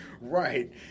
Right